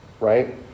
Right